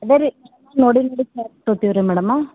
ಅದೇ ರೀ ನೋಡಿ ನೋಡಿ ತೊಗೊತೀವಿ ರೀ ಮೇಡಮ